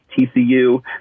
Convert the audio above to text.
TCU